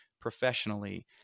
professionally